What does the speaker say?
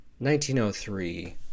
1903